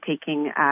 taking